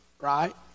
right